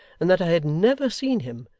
and that i had never seen him,